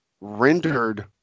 rendered